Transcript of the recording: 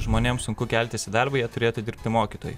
žmonėms sunku keltis į darbą jie turėtų dirbti mokytojai